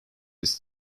his